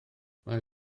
mae